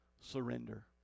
surrender